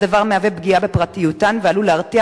הדבר מהווה פגיעה בפרטיותן ועלול להרתיע